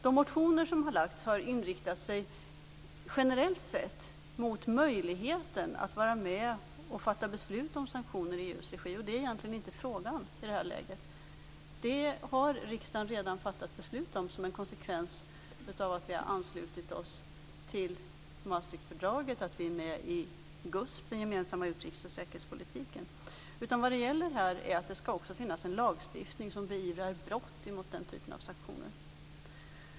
De motioner som har lagts fram har inriktat sig generellt sett mot möjligheten att vara med och fatta beslut om sanktioner i EU:s regi, och det är egentligen inte frågan i det här läget. Det har riksdagen redan fattat beslut om som en konsekvens av att vi har anslutit oss till Maastrichtfördraget och att vi är med i GUSP, den gemensamma utrikes och säkerhetspolitiken. Vad det gäller här är att det också skall finnas en lagstiftning som beivrar brott mot den typen av sanktioner.